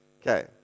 Okay